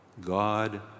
God